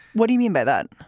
what do you mean by that?